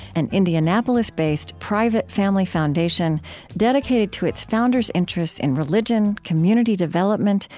an indianapolis-based, private family foundation dedicated to its founders' interests in religion, community development,